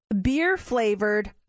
beer-flavored